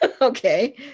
okay